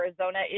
Arizona